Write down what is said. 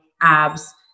abs